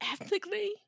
Ethnically